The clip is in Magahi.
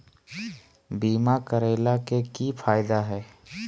बीमा करैला के की फायदा है?